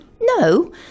No